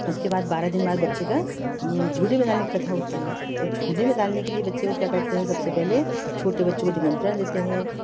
उसके बाद बारह दिन बाद बच्चे का झूले लगाने की प्रथा होती है तो झूले में डालने के लिए बच्चे को क्या करते हैं सबसे पहले छोटे बच्चों को निमंत्रण देते हैं